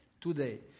today